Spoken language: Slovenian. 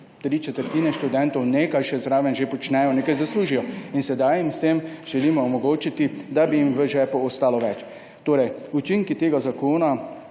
tri četrtine študentov nekaj še zraven počnejo in nekaj zaslužijo. Sedaj jim s tem želimo omogočiti, da bi jim v žepu ostalo več. Učinki tega zakona